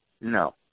No